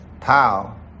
pow